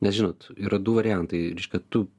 nes žinot yra du variantai reiškia tu